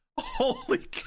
Holy